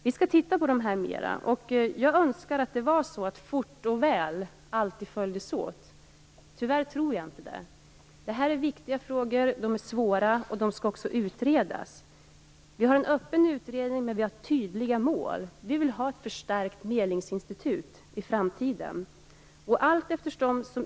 Vi skall titta mera på dessa. Jag önskar att fort och väl alltid följdes åt. Tyvärr tror jag inte att det är så. Det här är viktiga frågor. De är svåra och skall också utredas. Vi har en öppen utredning, men vi har tydliga mål. Vi vill ha ett förstärkt medlingsinstitut i framtiden. Vi har tillsatt en utredare, Svante Öberg.